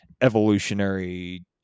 evolutionary